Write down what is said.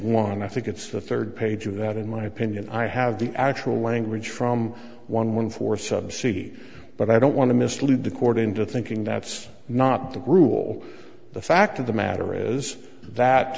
one i think it's the third page of that in my opinion i have the actual language from one one for subsidy but i don't want to mislead the court into thinking that's not the rule the fact of the matter is that